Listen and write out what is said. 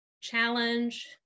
challenge